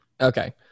Okay